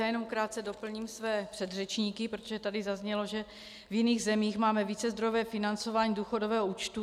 Já jenom krátce doplním své předřečníky, protože tady zaznělo, že v jiných zemích máme vícezdrojové financování důchodového účtu.